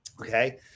okay